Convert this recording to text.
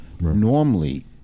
normally